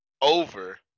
over